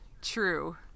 True